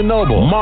Noble